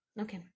okay